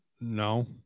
No